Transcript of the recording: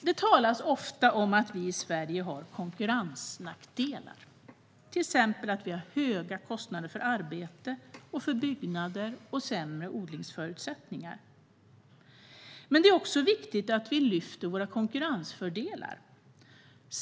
Det talas ofta om att vi i Sverige har konkurrensnackdelar, till exempel att vi har höga kostnader för arbete och byggnader och sämre odlingsförutsättningar. Men det är också viktigt att vi lyfter fram våra konkurrensfördelar.